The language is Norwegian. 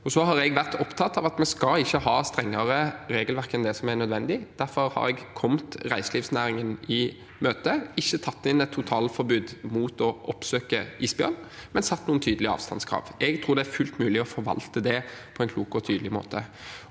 Jeg har vært opptatt av at vi ikke skal ha strengere regelverk enn det som er nødvendig. Derfor har jeg kommet reiselivsnæringen i møte og ikke tatt inn et totalforbud mot å oppsøke isbjørn, men satt noen tydelige avstandskrav. Jeg tror det er fullt mulig å forvalte det på en klok og tydelig måte.